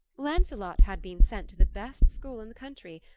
lancelot had been sent to the best school in the country,